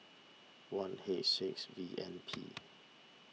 one H six V N P